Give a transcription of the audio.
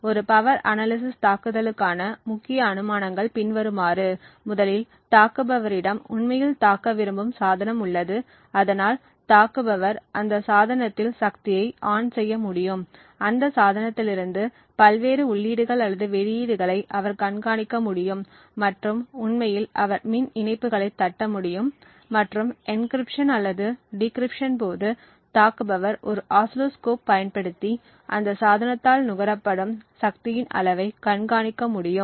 ஒரு power analysis தாக்குதலுக்கான முக்கிய அனுமானங்கள் பின்வருமாறு முதலில் தாக்குபவரிடம் உண்மையில் தாக்க விரும்பும் சாதனம் உள்ளது அதனால் தாக்குபவர் அந்த சாதனத்தில் சக்தியை ON செய்ய முடியும் அந்த சாதனத்திலிருந்து பல்வேறு உள்ளீடுகள் அல்லது வெளியீடுகளை அவர் கண்காணிக்க முடியும் மற்றும் உண்மையில் அவர் மின் இணைப்புகளைத் தட்ட முடியும் மற்றும் என்கிரிப்சன் அல்லது டிகிரிப்சன் போது தாக்குபவர் ஒரு ஆசிலோஸ்கோப் பயன்படுத்தி அந்த சாதனத்தால் நுகரப்படும் சக்தியின் அளவைக் கண்காணிக்க முடியும்